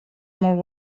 molt